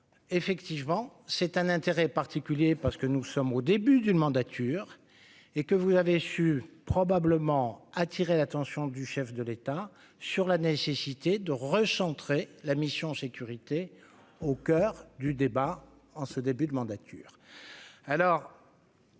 effectivement c'est un intérêt particulier parce que nous sommes au début d'une mandature et que vous avez su probablement attirer l'attention du chef de l'État sur la nécessité de recentrer la mission sécurité au coeur du débat en ce début de mandature